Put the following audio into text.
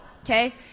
okay